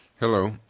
Hello